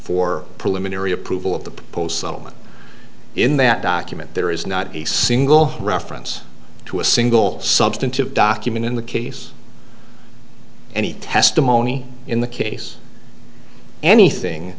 for preliminary approval of the proposed settlement in that document there is not a single reference to a single substantive document in the case any testimony in the case anything